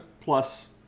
plus